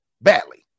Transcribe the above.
badly